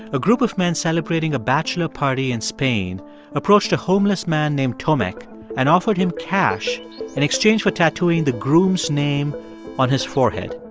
a group of men celebrating a bachelor party in spain approached a homeless man named tomek and offered him cash in exchange for tattooing the groom's name on his forehead.